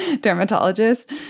dermatologist